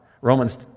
Romans